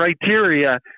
criteria